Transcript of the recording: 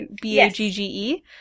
B-A-G-G-E